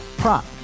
prop